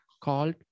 called